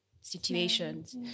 situations